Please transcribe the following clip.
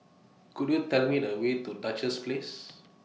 Could YOU Tell Me The Way to Duchess Place